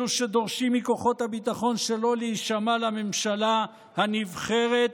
אלו שדורשים מכוחות הביטחון שלא להישמע לממשלה הנבחרת,